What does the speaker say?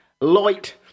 light